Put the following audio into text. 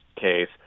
case